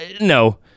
no